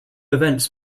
events